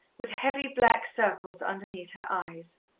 with heavy, black circles underneath her eyes.